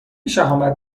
شهامت